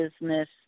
Business